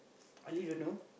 Ali don't know